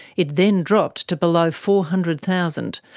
it then dropped to below four hundred thousand,